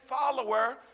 follower